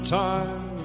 time